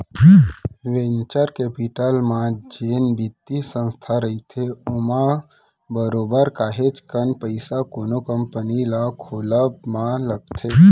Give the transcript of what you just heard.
venture capital म जेन बित्तीय संस्था रहिथे ओमा बरोबर काहेच कन पइसा कोनो कंपनी ल खोलब म लगथे